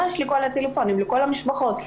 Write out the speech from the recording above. לכל המשפחות?